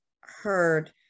heard